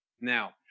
now